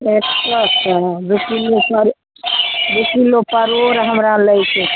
अच्छा दू तीन एक किलो परोड़ हमरा लैके छै